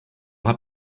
habt